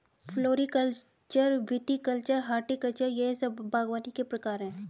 floriculture, viticulture, horticulture यह सब बागवानी के प्रकार है